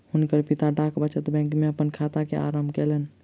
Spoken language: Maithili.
हुनकर पिता डाक बचत बैंक में अपन खाता के आरम्भ कयलैन